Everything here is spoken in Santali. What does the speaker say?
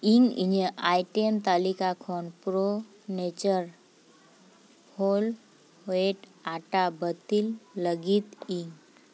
ᱤᱧ ᱤᱧᱟᱹᱜ ᱟᱭᱴᱮᱢ ᱛᱟᱞᱤᱠᱟ ᱠᱷᱚᱱ ᱯᱨᱳ ᱱᱮᱪᱟᱨ ᱦᱳᱞ ᱦᱳᱭᱮᱴ ᱟᱴᱟ ᱵᱟ ᱛᱤᱞ ᱞᱟᱜᱤᱫ ᱤᱧ